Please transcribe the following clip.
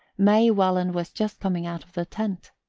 may welland was just coming out of the tent.